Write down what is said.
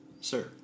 sir